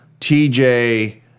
tj